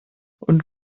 und